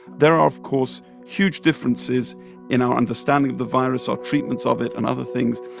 there are, of course, huge differences in our understanding of the virus or treatments of it and other things.